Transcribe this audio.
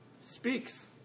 speaks